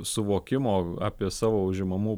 suvokimo apie savo užimamų